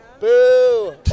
Boo